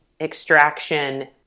extraction